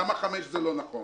למה 5 לא נכון